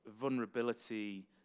vulnerability